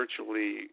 virtually